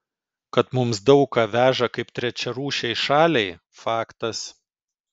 kad mums daug ką veža kaip trečiarūšei šaliai faktas